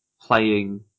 playing